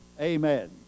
Amen